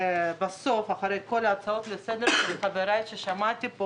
אחרי כל ההצעות לסדר של חבריי ששמעתי כאן,